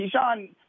Keyshawn